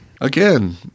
Again